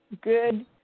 good